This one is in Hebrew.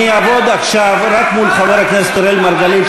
אני אעבוד עכשיו רק מול חבר הכנסת אראל מרגלית,